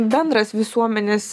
bendras visuomenės